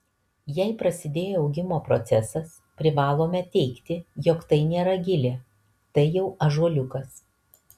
jei prasidėjo augimo procesas privalome teigti jog tai nėra gilė tai jau ąžuoliukas